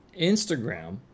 Instagram